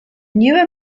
newer